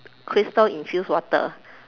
crystal infused water